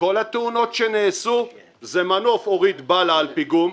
כל התאונות שנעשו זה מנוף הוריד בלה על פיגום,